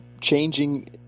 changing